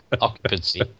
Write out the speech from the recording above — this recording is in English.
occupancy